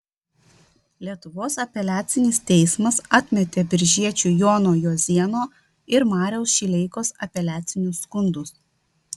lietuvos apeliacinis teismas atmetė biržiečių jono juozėno ir mariaus šileikos apeliacinius skundus